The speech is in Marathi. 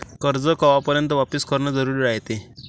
कर्ज कवापर्यंत वापिस करन जरुरी रायते?